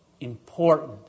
important